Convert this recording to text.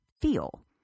feel